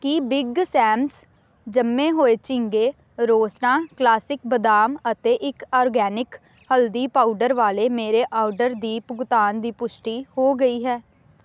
ਕੀ big Sam's ਜੰਮੇ ਹੋਏ ਝੀਂਗੇ ਰੋਸਟਾਂ ਕਲਾਸਿਕ ਬਦਾਮ ਅਤੇ ਇੱਕ ਔਰਗੈਨਿਕ ਹਲਦੀ ਪਾਊਡਰ ਵਾਲੇ ਮੇਰੇ ਔਡਰ ਦੀ ਭੁਗਤਾਨ ਦੀ ਪੁਸ਼ਟੀ ਹੋ ਗਈ ਹੈ